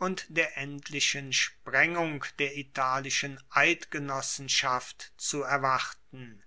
und der endlichen sprengung der italischen eidgenossenschaft zu erwarten